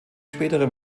späteren